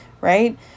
Right